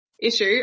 issue